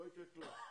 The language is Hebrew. לא יקרה כלום.